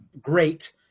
great